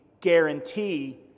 guarantee